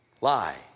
lie